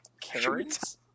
carrots